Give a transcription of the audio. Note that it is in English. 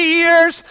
years